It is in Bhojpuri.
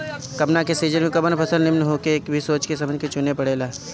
कवना सीजन में कवन फसल निमन होई एके भी सोच समझ के चुने के पड़ेला